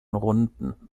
runden